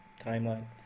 timeline